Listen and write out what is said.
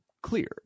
clear